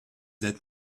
that